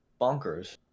bonkers